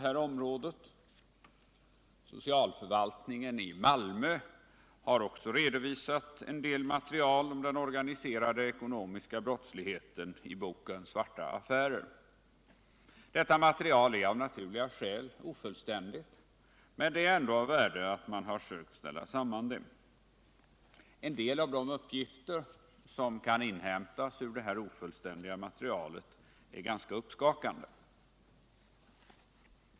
Också socialförvaltningen i Malmö har, i boken Svarta affärer, redovisat en del material om den organiserade ekonomiska brottsligheten. Detta material är av naturliga skäl ofullständigt, men det är ändå av värde att man sökt ställa samman det. En del av de uppgifter som kan inhämtas ur detta ofullständiga material är ganska uppskakande.